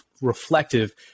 reflective